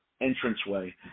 entranceway